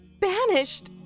banished